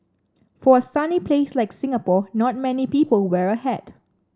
for a sunny place like Singapore not many people wear a hat